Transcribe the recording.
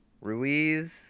ruiz